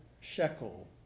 shekel